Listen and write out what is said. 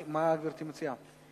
מה גברתי מציעה?